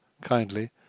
kindly